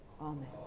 Amen